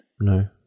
no